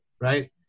Right